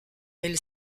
elle